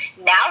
now